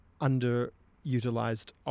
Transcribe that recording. underutilized